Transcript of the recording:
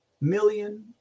million